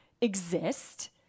exist